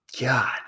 God